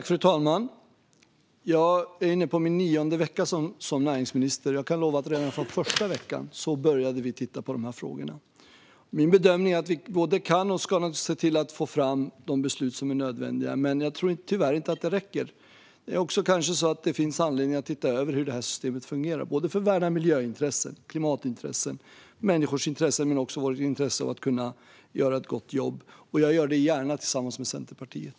Fru talman! Jag är inne på min nionde vecka som näringsminister, och jag kan lova att vi redan från första veckan började titta på dessa frågor. Min bedömning är att vi både kan och ska se till att få fram de beslut som är nödvändiga, men jag tror tyvärr inte att detta räcker. Kanske finns det anledning att titta över hur systemet fungerar, för att värna miljöintresset, klimatintresset, människors intresse och vårt intresse av att kunna göra ett gott jobb. Detta gör jag gärna tillsammans med Centerpartiet.